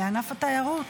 לענף התיירות.